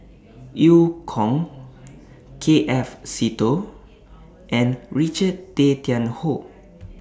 EU Kong K F Seetoh and Richard Tay Tian Hoe